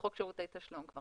בחוק שירותי תשלום.